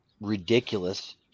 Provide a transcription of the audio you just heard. ridiculous